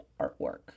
artwork